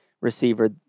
receiver